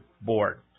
Board